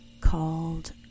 called